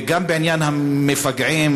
גם בעניין המפגעים,